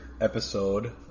episode